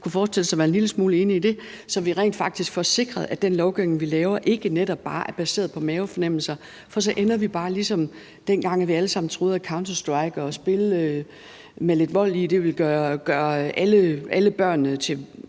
kunne forestille sig at være en lille smule enig i det, så vi rent faktisk får sikret, at den lovgivning, vi laver, netop ikke bare er baseret på mavefornemmelser. For så ender vi bare ligesom dengang, vi alle sammen troede, at »Counter-Strike« og spil med lidt vold i ville gøre alle børnene til